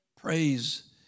Praise